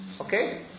Okay